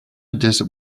desert